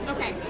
Okay